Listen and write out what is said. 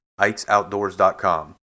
ikesoutdoors.com